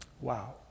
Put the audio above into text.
Wow